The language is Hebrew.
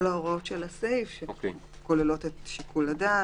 כל ההוראות של הסעיף כוללות את שיקול הדעת.